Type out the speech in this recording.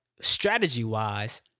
strategy-wise